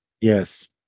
Yes